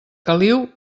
caliu